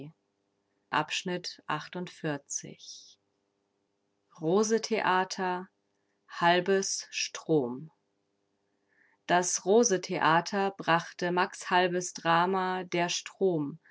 volks-zeitung märz rose-theater halbes strom das rose-theater brachte max halbes drama der strom